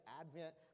advent